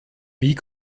wie